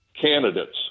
candidates